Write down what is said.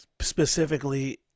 specifically